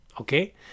okay